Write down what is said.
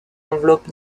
enveloppe